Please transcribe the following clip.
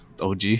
OG